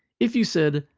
if you said,